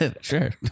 Sure